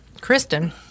Kristen